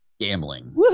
gambling